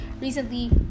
recently